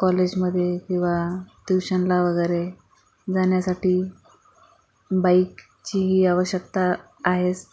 कॉलेजमधे किंवा ट्युशनला वगैरे जाण्यासाठी बाइकची आवश्यकता आहेस